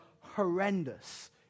horrendous